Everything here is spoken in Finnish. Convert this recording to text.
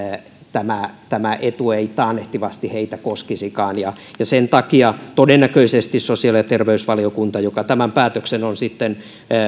että tämä etu ei taannehtivasti heitä koskisikaan todennäköisesti sen takia sosiaali ja terveysvaliokunta joka tämän päätöksen on sitten